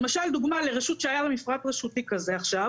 למשל דוגמה לרשות שהיה לה מפרט רשותי כזה עכשיו